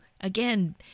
again